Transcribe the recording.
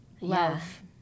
Love